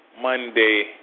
Monday